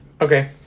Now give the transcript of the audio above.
Okay